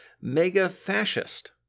mega-fascist